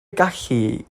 gallu